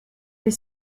les